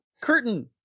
curtain